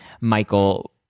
Michael